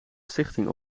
stichting